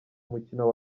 umukino